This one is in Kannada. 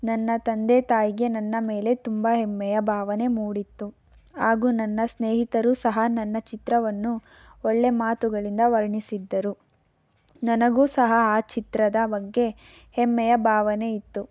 ನನ್ನ ತಂದೆ ತಾಯಿಗೆ ನನ್ನ ಮೇಲೆ ತುಂಬ ಹೆಮ್ಮೆಯ ಭಾವನೆ ಮೂಡಿತ್ತು ಹಾಗೂ ನನ್ನ ಸ್ನೇಹಿತರು ಸಹ ನನ್ನ ಚಿತ್ರವನ್ನು ಒಳ್ಳೆ ಮಾತುಗಳಿಂದ ವರ್ಣಿಸಿದ್ದರು ನನಗೂ ಸಹ ಆ ಚಿತ್ರದ ಬಗ್ಗೆ ಹೆಮ್ಮೆಯ ಭಾವನೆ ಇತ್ತು